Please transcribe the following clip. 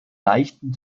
leichten